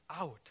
out